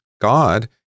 God